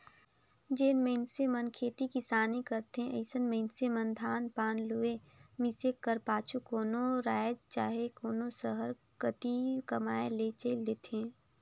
जेन मइनसे मन खेती किसानी करथे अइसन मइनसे मन धान पान लुए, मिसे कर पाछू कोनो राएज चहे कोनो सहर कती कमाए ले चइल देथे